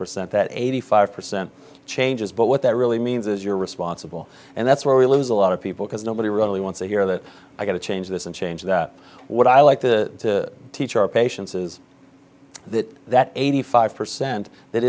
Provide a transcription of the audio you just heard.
percent that eighty five percent changes but what that really means is you're responsible and that's where we lose a lot of people because nobody really wants to hear that i got to change this and change that what i like to teach our patients is that that eighty five percent that